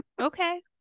Okay